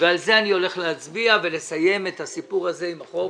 ועל זה אני הולך להצביע ולסיים את הסיפור הזה עם החוק,